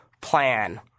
plan